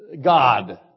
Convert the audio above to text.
God